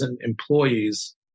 employees